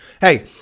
hey